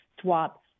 swap